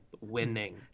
winning